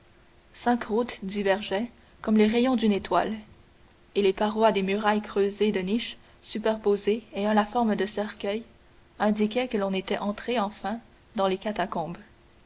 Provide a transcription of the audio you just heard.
cinq routes divergeaient comme les rayons d'une étoile et les parois des murailles creusées de niches superposées ayant la forme de cercueils indiquaient que l'on était entré enfin dans les catacombes